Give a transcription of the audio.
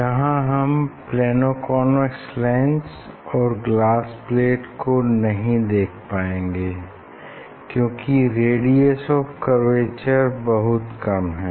यहाँ हम plano convex lens और ग्लास प्लेट को नहीं देख पाएंगे क्यूंकि रेडियस ऑफ़ कर्वेचर बहुत कम है